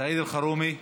סעיד אלחרומי,